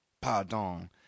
Pardon